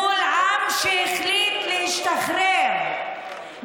מול עם שהחליט להשתחרר,